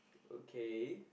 okay